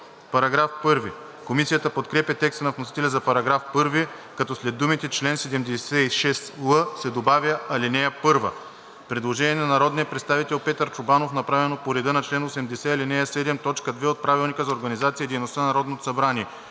Закона. Комисията подкрепя текста на вносителя за § 1, като след думите „чл. 76л“ се добавя „ал. 1“. Предложение на народния представител Петър Чобанов, направено по реда на чл. 80, ал. 7, т. 2 от Правилника за организацията и дейността на Народното събрание.